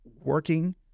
working